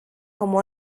como